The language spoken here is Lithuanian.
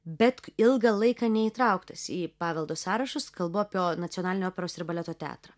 bet ilgą laiką neįtrauktas į paveldo sąrašus kalbu apie nacionalinį operos ir baleto teatrą